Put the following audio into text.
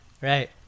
right